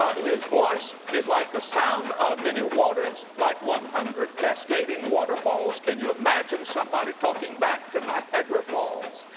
his voice is like the sound of many waters, like one hundred cascading waterfalls. can you imagine somebody talking back to niagara falls?